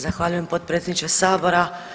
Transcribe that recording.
Zahvaljujem potpredsjedniče sabora.